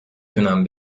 تونم